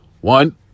One